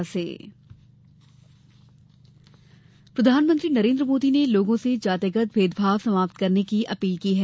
मोदी वाराणसी प्रधानमंत्री नरेन्द्र मोदी ने लोगों से जातिगत भेदभाव समाप्त करने की अपील की है